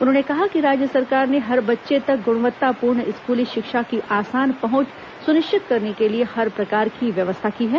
उन्होंने कहा कि राज्य सरकार ने हर बच्चे तक गृणवत्तापूर्ण स्कूली शिक्षा की आसान पहुंच सुनिश्चित करने के लिए हर प्रकार की व्यवस्था की है